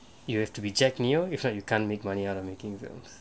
you have to be jack neo even if you can't make money out of making films